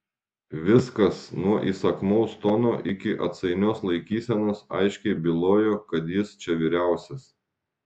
viskas nuo įsakmaus tono iki atsainios laikysenos aiškiai bylojo kad jis čia vyriausias